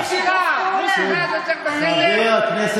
מיקי, איך באמת אישרת את הכנס הזה?